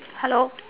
hello